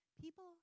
People